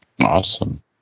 Awesome